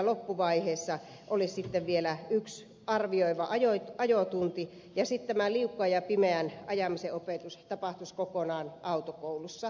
loppuvaiheessa olisi vielä yksi arvioiva ajotunti ja sitten tämä liukkaan ja pimeän ajamisen opetus tapahtuisi kokonaan autokoulussa